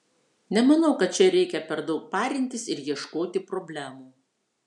nemanau kad čia reikia per daug parintis ir ieškoti problemų